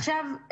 עכשיו,